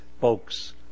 folks